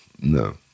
No